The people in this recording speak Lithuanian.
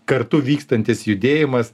kartu vykstantis judėjimas